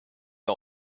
the